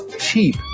cheap